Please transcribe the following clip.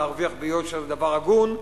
להרוויח ביושר זה דבר הגון.